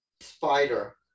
spider